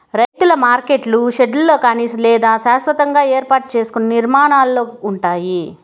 రైతుల మార్కెట్లు షెడ్లలో కానీ లేదా శాస్వతంగా ఏర్పాటు సేసుకున్న నిర్మాణాలలో ఉంటాయి